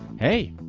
hey,